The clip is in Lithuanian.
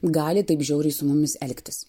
gali taip žiauriai su mumis elgtis